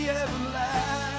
everlasting